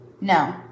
No